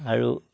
আৰু